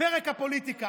פרק הפוליטיקה.